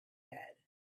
bed